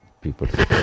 people